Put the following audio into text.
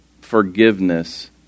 forgiveness